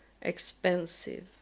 expensive